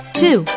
two